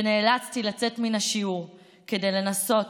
ונאלצתי לצאת מן השיעור כדי לנסות